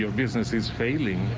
you know businesses failing.